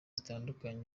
zitandukanye